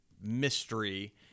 mystery